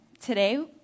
today